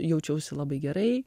jaučiausi labai gerai